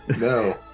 No